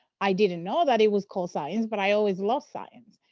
i didn't know that it was called science, but i always loved science.